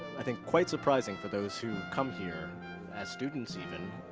i think, quite surprising for those who come here as students, even,